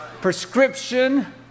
Prescription